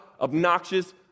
obnoxious